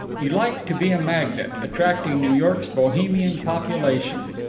he liked to be a magnet, attracting new york's bohemian population.